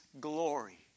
glory